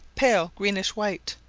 pale greenish white,